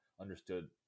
understood